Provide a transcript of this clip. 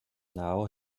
now